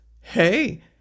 Hey